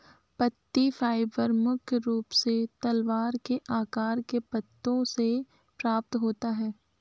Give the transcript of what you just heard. पत्ती फाइबर मुख्य रूप से तलवार के आकार के पत्तों से प्राप्त होता है